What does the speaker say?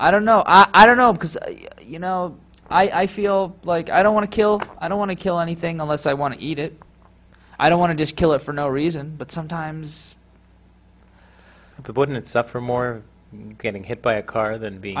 i don't know i don't know because you know i feel like i don't want to kill i don't want to kill anything unless i want to eat it i don't want to just kill it for no reason but sometimes i wouldn't suffer more getting hit by a car than